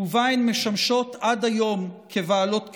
ובה הן משמשות עד היום בעלות קריאה.